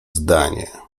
zdanie